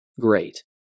Great